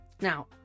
now